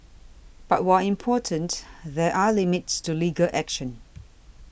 but while important there are limits to legal action